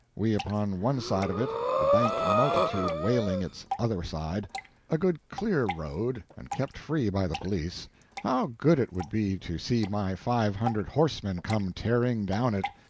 we upon one side of it, the banked multitude wailing its other side a good clear road, and kept free by the police how good it would be to see my five hundred horsemen come tearing down it!